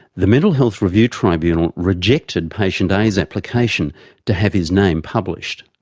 the mental health review tribunal rejected patient a's application to have his name published.